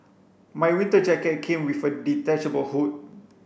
my winter jacket came with a detachable hood